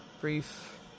brief